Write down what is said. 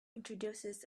introduces